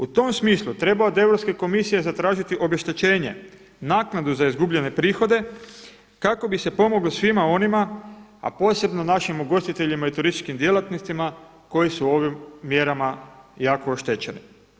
U tom smislu treba od Europske komisije zatražiti obeštećenje, naknadu za izgubljene prihode kako bi se pomoglo svima onima, a posebno našim ugostiteljima i turističkim djelatnicima koji su ovim mjerama jako oštećene.